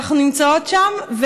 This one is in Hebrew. אנחנו נמצאות שם,